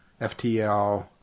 FTL